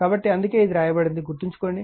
కాబట్టి అందుకే ఇది వ్రాయబడిందని గుర్తుంచుకోండి